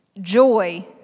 joy